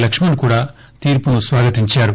లక్స్ంణ్ కూడా తీర్పును స్వాగతించారు